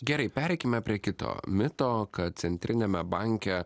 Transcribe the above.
gerai pereikime prie kito mito kad centriniame banke